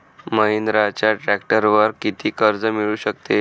महिंद्राच्या ट्रॅक्टरवर किती कर्ज मिळू शकते?